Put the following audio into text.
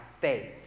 faith